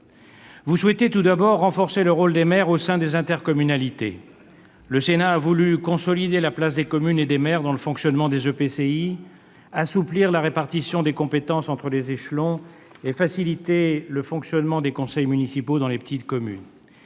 Vous souhaitez tout d'abord renforcer le rôle des maires au sein des intercommunalités. Le Sénat a voulu consolider la place des communes et des maires dans le fonctionnement des EPCI, assouplir la répartition des compétences entre les échelons territoriaux et faciliter le fonctionnement des conseils municipaux dans les petites communes.